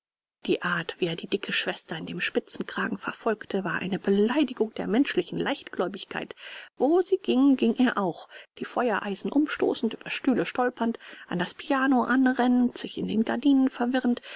die art wie er die dicke schwester in dem spitzenkragen verfolgte war eine beleidigung der menschlichen leichtgläubigkeit wo sie ging ging er auch die feuereisen umstoßend über stühle stolpernd an das piano anrennend sich in den gardinen verwirrend